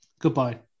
Goodbye